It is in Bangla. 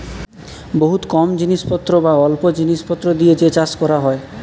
বহুত কম জিনিস পত্র বা অল্প জিনিস পত্র দিয়ে যে চাষ কোরা হচ্ছে